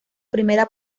primera